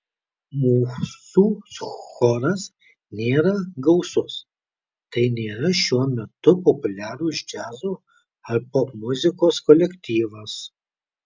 mūsų choras nėra gausus tai nėra šiuo metu populiarūs džiazo ar popmuzikos kolektyvas